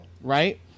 Right